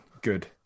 good